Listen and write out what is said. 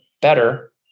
better